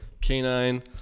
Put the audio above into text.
canine